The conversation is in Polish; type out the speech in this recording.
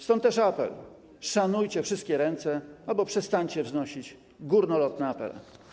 Stąd też apel: szanujcie wszystkie ręce albo przestańcie wygłaszać górnolotne apele.